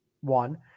one